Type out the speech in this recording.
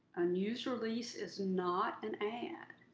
a news release is not an ad.